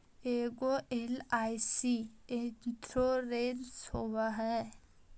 ऐगो LIC insurance होव है?